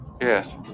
Yes